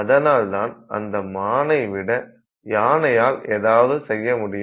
அதனால்தான் அந்த மானை விட யானையால் ஏதாவது செய்ய முடியும்